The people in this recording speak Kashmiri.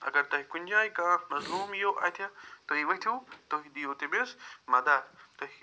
اگر تۄہہِ کُنہِ جاے کانٛہہ مظلوٗم یِیو اَتھِ تُہۍ ؤتھِو تُہۍ دِیِو تٔمِس مدد تُہۍ